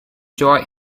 joy